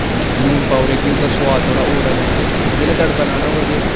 थोह्ड़ा लून पाई ओड़ेआ कि उं'दा थोह्ड़ा सुआद होर र'वै ते जेल्लै तड़का लाना होवै तां